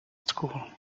school